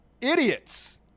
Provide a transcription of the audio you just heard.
idiots